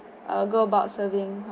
err go about serving her